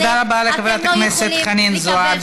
תודה רבה לחברת הכנסת חנין זועבי.